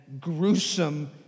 gruesome